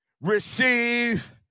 receive